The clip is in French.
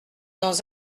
dans